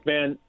Man